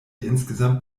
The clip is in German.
insgesamt